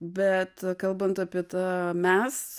bet kalbant apie tą mes